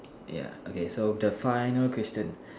ya okay so the final question